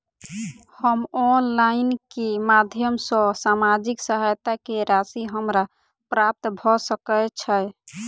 हम ऑनलाइन केँ माध्यम सँ सामाजिक सहायता केँ राशि हमरा प्राप्त भऽ सकै छै?